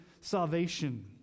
salvation